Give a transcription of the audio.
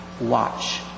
watch